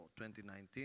2019